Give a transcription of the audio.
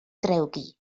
drewgi